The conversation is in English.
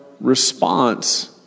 response